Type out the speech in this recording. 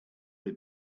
have